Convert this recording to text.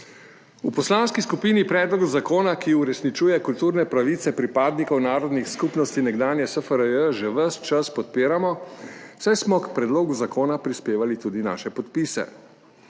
V poslanski skupini predlog zakona, ki uresničuje kulturne pravice pripadnikov narodnih skupnosti nekdanje SFRJ, že ves čas podpiramo, saj smo k predlogu zakona prispevali tudi naše podpise.